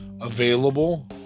available